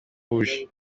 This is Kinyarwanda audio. rouge